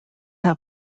have